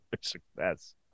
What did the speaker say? success